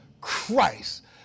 Christ